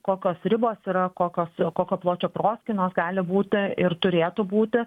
kokios ribos yra kokios kokio pločio proskynos gali būti ir turėtų būti